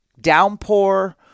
downpour